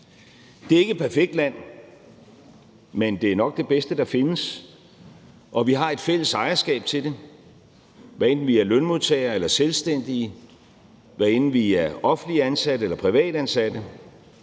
Det er ikke et perfekt land, men det er nok det bedste, der findes, og vi har et fælles ejerskab til det, hvad enten vi er lønmodtagere eller selvstændige, hvad enten vi er offentligt ansatte eller privatansatte.